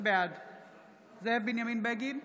בעד זאב בנימין בגין,